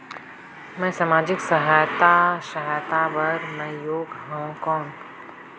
मैं समाजिक सहायता सहायता बार मैं योग हवं कौन?